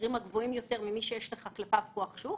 מחירים גבוהים יותר ממה שיש לך כלפיו כוח שוק